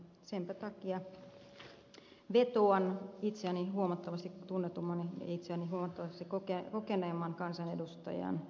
senpä takia vetoan itseäni huomattavasti tunnetumman ja itseäni huomattavasti kokeneemman kansanedustajan tokaisuun